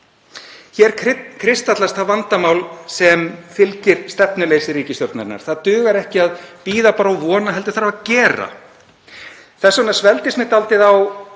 Hér kristallast það vandamál sem fylgir stefnuleysi ríkisstjórnarinnar. Það dugar ekki að bíða bara og vona heldur þarf að gera. Þess vegna svelgdist mér dálítið á